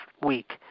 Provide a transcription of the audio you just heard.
week